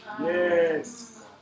Yes